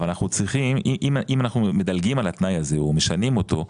אם אנחנו מדלגים על התנאי הזה או משנים אותו,